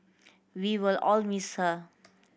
we will all miss her